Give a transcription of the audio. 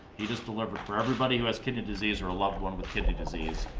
he just delivered for everybody who has kidney disease, or a loved one with kidney disease.